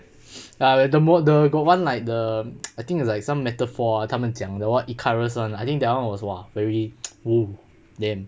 ah the more the got one like the I think is like some metaphor 他们讲的话 icarus [one] I think that [one] was !wah! very !woo! damn